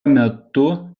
metu